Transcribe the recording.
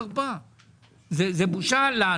היום זה בושה וחרפה.